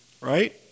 Right